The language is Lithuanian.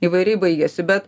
įvairiai baigiasi bet